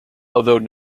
although